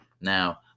now